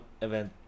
event